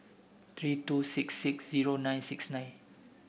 three two six six zero nine six nine